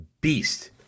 beast